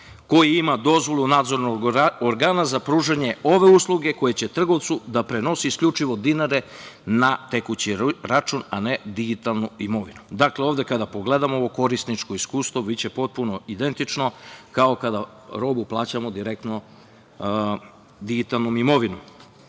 koji ima dozvolu nadzornog organa za pružanje ove usluge koja će trgovcu da prenosi isključivo dinare na tekući račun, a ne digitalnu imovinu. Dakle, ovde kada pogledamo ovo korisničko iskustvo, biće potpuno identično kao kada robu plaćamo direktno digitalnom imovinom.